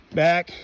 back